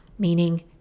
meaning